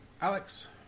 Alex